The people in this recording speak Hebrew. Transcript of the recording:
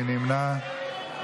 מי נמנע?